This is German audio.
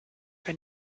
wenn